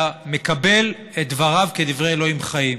אתה מקבל את דבריו כדברי אלוהים חיים.